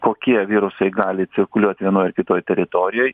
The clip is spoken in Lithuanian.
kokie virusai gali cirkuliuot vienoj ar kitoj teritorijoj